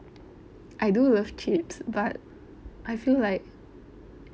I do love chips but I feel like